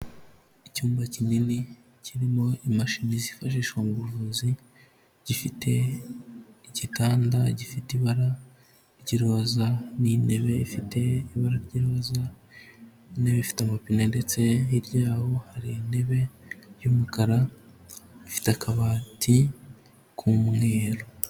Icyumba kinini, kirimo imashini zifashishwa mu buvuzi, gifite igitanda gifite ibara ry'iroza, n'intebe ifite ibara ry'iroza, intebe ifite amapine, ndetse hirya yaho hari intebe y'umukara, ifite akabati k'umweru.